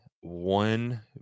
one